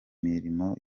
mirimo